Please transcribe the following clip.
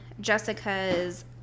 Jessica's